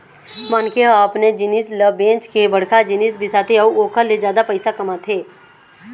मनखे ह अपने जिनिस ल बेंच के बड़का जिनिस बिसाथे अउ ओखर ले जादा पइसा कमाथे